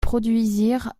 produisirent